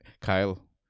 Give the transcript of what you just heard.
Kyle